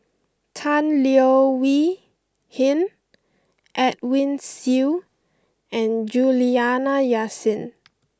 Tan Leo Wee Hin Edwin Siew and Juliana Yasin